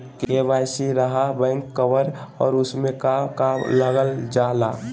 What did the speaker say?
KYC रहा back cover और उसमें का का लागल जाला?